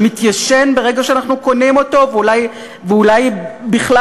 שמתיישן ברגע שאנחנו קונים אותו ואולי בכלל